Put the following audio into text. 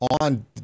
on